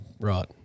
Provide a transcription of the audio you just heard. Right